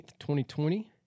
2020